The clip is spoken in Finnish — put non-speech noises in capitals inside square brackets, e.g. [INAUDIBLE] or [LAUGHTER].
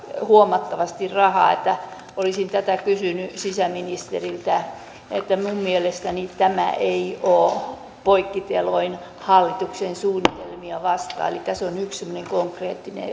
huomattavasti rahaa olisin tätä kysynyt sisäministeriltä minun mielestäni tämä ei ole poikkiteloin hallituksen suunnitelmia vastaan elikkä se on yksi semmoinen konkreettinen [UNINTELLIGIBLE]